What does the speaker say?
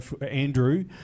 andrew